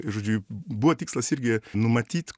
žodžiu buvo tikslas irgi numatyt